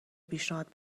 پیشنهاد